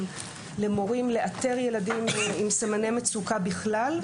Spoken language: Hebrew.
למורים לאתר ילדים עם סימני מצוקה בכלל,